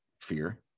fear